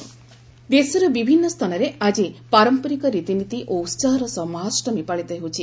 ମହାଷ୍ଟମୀ ଦେଶର ବିଭିନ୍ନ ସ୍ଥାନରେ ଆଜି ପାରମ୍ପରିକ ରୀତିନୀତି ଓ ଉସାହର ସହ ମହାଷ୍ଟମୀ ପାଳିତ ହେଉଛି